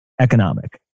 economic